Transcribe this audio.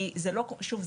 כי שוב,